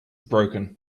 broken